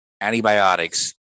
antibiotics